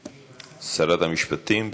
רגע, רגע, מה זה?